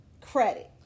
credit